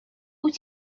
wyt